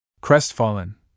Crestfallen